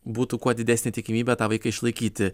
būtų kuo didesnė tikimybė tą vaiką išlaikyti